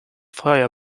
feuer